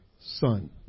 son